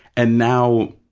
and now,